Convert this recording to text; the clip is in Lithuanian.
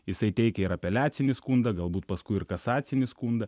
jisai teikė ir apeliacinį skundą galbūt paskui ir kasacinį skundą